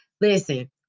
Listen